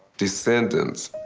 descendants.